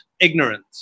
ignorance